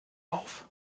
auf